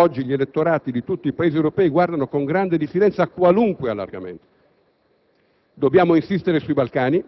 Abbiamo fatto molto in poco tempo e oggi gli elettorati di tutti i Paesi europei guardano con grande diffidenza a qualunque allargamento. Dobbiamo insistere sui Balcani